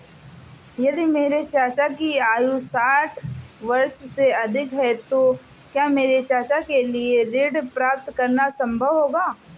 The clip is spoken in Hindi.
यदि मेरे चाचा की आयु साठ वर्ष से अधिक है तो क्या मेरे चाचा के लिए ऋण प्राप्त करना संभव होगा?